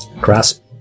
Grasp